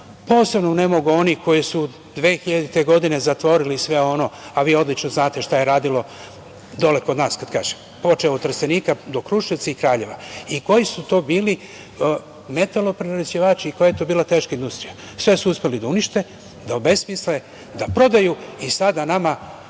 posebno ne mogu oni koji 2000. godine zatvorili sve ono. Vi odlično znate šta je radilo, dole kod nas, kada kažem, počev od Trstenika, Kruševca i Kraljeva i koji su to bili metaloprerađivači, i koja je to bila teška industrija. Sve su uspeli da unište, da obesmisle, da prodaju i sada nama